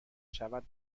شود